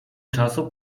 czasu